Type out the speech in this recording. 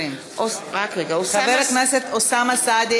(קוראת בשמות חברי הכנסת) אוסאמה סעדי,